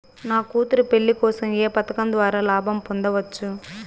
నా కూతురు పెళ్లి కోసం ఏ పథకం ద్వారా లాభం పొందవచ్చు?